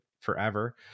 forever